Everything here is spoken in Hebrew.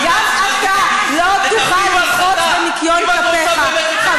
כי אתה, גם אתה, לא תוכל לרחוץ בניקיון כפיך.